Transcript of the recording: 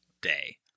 day